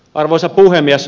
arvoisa puhemies